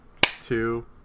two